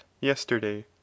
yesterday